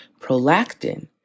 prolactin